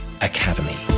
academy